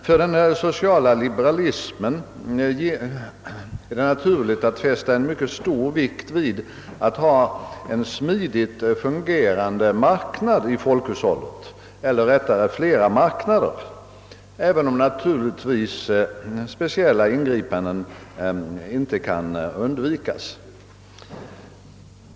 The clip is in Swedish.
För den sociala liberalismen är det naturligt att fästa mycket stor vikt vid att ha smidigt fungerande marknader i folkhushållet, även om speciella ingripanden inte kan undvikas.